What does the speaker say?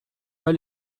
pas